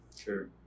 Sure